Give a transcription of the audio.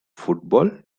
football